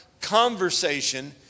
conversation